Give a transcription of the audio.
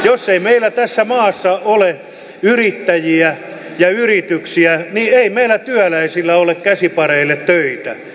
jos ei meillä tässä maassa ole yrittäjiä ja yrityksiä niin ei meillä työläisillä ole käsipareille töitä